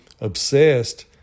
obsessed